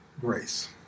grace